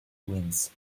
wins